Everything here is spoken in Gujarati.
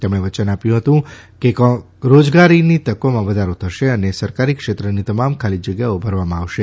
તેમણે વચન આપ્યું હતું કે રોજગારની તકોમાં વધારો થશે અને સરકારી ક્ષેત્રની તમામ ખાલી જગ્યાઓ ભરવામાં આવશે